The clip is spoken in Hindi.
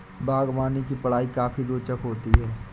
बागवानी की पढ़ाई काफी रोचक होती है